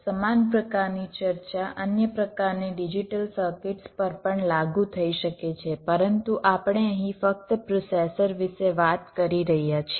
સમાન પ્રકારની ચર્ચા અન્ય પ્રકારની ડિજિટલ સર્કિટ્સ પર પણ લાગુ થઈ શકે છે પરંતુ આપણે અહીં ફક્ત પ્રોસેસર વિશે વાત કરી રહ્યા છીએ